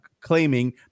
claiming